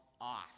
off